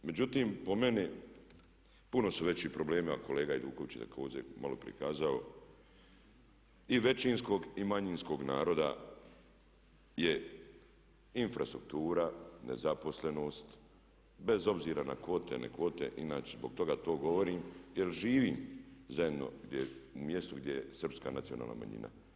Međutim, po meni puno su veći problemi, a kolega Hajduković je također malo prije kazao i većinskog i manjinskog naroda je infrastruktura, nezaposlenost bez obzira na kvote, ne kvote, inače zbog toga to govorim jer živim zajedno u mjestu gdje je srpska nacionalna manjina.